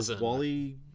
wally